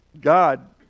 God